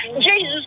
Jesus